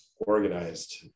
organized